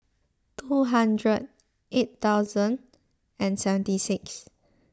two hundred eight thousand and seventy six